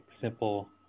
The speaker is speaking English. simple